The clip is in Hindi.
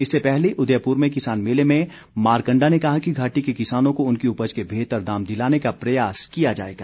इससे पहले उदयपुर में किसान मेले में मारकण्डा ने कहा कि घाटी के किसानों को उनकी उपज के बेहतर दाम दिलाने का प्रयास किया जाएगा